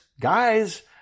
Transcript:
guys